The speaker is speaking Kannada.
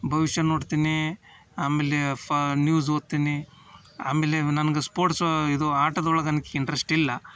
ಭವಿಷ್ಯ ನೋಡ್ತೀನಿ ಆಮೇಲೆ ಫ ನ್ಯೂಝ್ ಓದ್ತೀನಿ ಆಮೇಲೆ ನನ್ಗೆ ಸ್ಪೋರ್ಟ್ಸೂ ಇದು ಆಟದೊಳಗೆ ನನ್ಗೆ ಇಂಟ್ರಸ್ಟ್ ಇಲ್ಲ